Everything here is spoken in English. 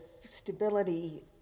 stability